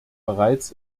bereits